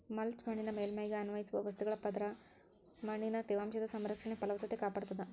mulch ಮಣ್ಣಿನ ಮೇಲ್ಮೈಗೆ ಅನ್ವಯಿಸುವ ವಸ್ತುಗಳ ಪದರ ಮಣ್ಣಿನ ತೇವಾಂಶದ ಸಂರಕ್ಷಣೆ ಫಲವತ್ತತೆ ಕಾಪಾಡ್ತಾದ